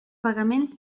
pagaments